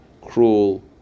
cruel